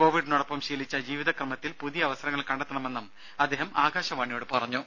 കോവിഡിനൊപ്പം ശീലിച്ച ജീവിത ക്രമത്തിൽ പുതിയ അവസരങ്ങൾ കണ്ടെത്തണമെന്നും അദ്ദേഹം ആകാശവാണിയോട് പറഞ്ഞു